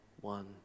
one